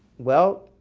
well,